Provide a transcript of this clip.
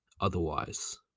otherwise